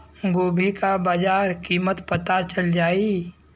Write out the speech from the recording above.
गोभी का बाजार कीमत पता चल जाई?